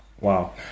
Wow